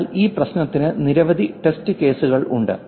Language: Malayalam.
എന്നാൽ ഈ പ്രശ്നത്തിന് നിരവധി ടെസ്റ്റ് കേസുകൾ ഉണ്ട്